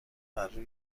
برروی